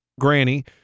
granny